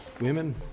women